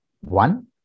One